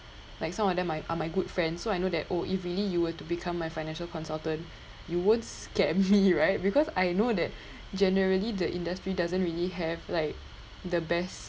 like some of them I are my good friends so I know that oh if really you were to become my financial consultant you won't scare me right because I know that generally the industry doesn't really have like the best